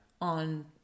on